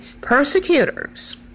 persecutors